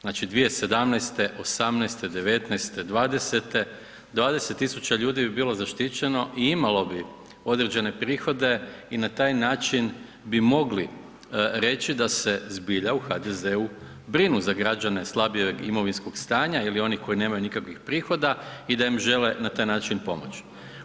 Znači 2017., '18., '19., '20. 20 tisuća ljudi bi bilo zaštićeno i imalo bi određene prihode i na taj način bi mogli reći da se zbilja u HDZ-u brinu za građane slabijeg imovinskog stanja ili onih koji nemaju nikakvih prihoda i da im žele na taj način pomoći.